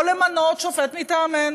לא למנות שופט מטעמנו,